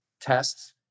tests